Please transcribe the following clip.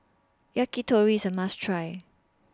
Yakitori IS A must Try